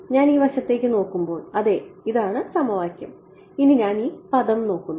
ഞാൻ ഈ വശത്തേക്ക് നോക്കുമ്പോൾ അതെ ഇതാണ് സമവാക്യം ഇനി ഞാൻ ഈ പദം നോക്കുന്നു